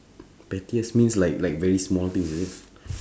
pettiest means like like very small thing is it